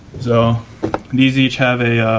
so these each have a